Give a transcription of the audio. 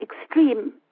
extreme